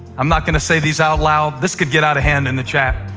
i'm not going to say these out loud. this could get out of hand in the chat.